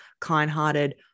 kind-hearted